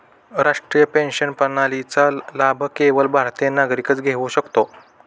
राष्ट्रीय पेन्शन प्रणालीचा लाभ केवळ भारतीय नागरिकच घेऊ शकतो